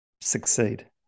succeed